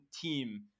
team